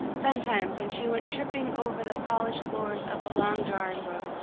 sometimes when she went tipping over the polished floors of the long drawing room,